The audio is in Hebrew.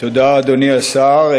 תודה, אדוני השר.